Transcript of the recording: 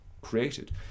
created